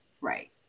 Right